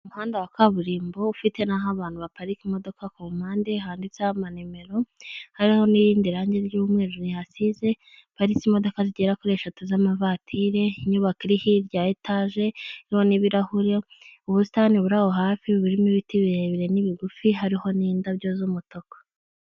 Umuhanda wa kaburimbo ufite n'aho abantu baparika imodoka ku mpande handitseho amanimero, hari n'irindi rangi ry'umweru rihasize, haparitse imodoka zigera kuri eshatu z'amavatire, inyubako iri hirya ya etage iriho n' ibirahure, ubusitani buri aho hafi burimo ibiti birebire n'ibigufi, hariho n'indabyo z'umutuku.